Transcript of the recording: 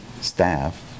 staff